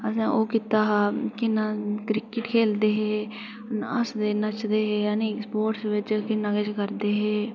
असें ओह् कीता हा कि'न्ना क्रिकेट खेल्लदे हे हसदे नचदे हे ऐ नी स्पोर्टस बिच इ'न्ना किश करदे हे